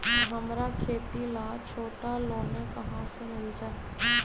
हमरा खेती ला छोटा लोने कहाँ से मिलतै?